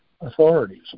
authorities